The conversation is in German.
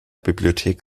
bibliothek